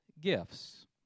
gifts